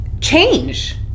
change